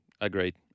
Agreed